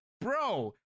Bro